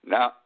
Now